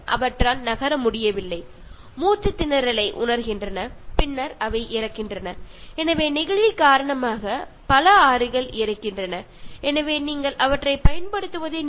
നമ്മൾ സാധാരണ കേൾക്കാറുണ്ടല്ലോ പല തടാകങ്ങളും ആറുകളും ഈ മാലിന്യങ്ങൾ കെട്ടിക്കിടക്കുന്നത് മൂലം ഒഴുകാൻ കഴിയാത്ത അവസ്ഥയിൽ ആവുകയും മാലിന്യം അടിഞ്ഞുകൂടി ഒടുവിൽ ആ ജലസ്രോതസ്സ് നശിക്കുകയും ചെയ്യുന്നു